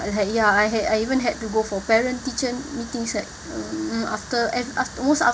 but I had ya I had I even had to go for parent teacher meetings like uh after and almost after